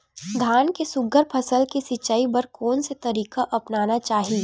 धान के सुघ्घर फसल के सिचाई बर कोन से तरीका अपनाना चाहि?